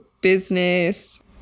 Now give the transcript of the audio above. business